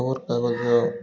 ଖବର କାଗଜ